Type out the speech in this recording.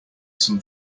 some